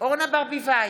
אורנה ברביבאי,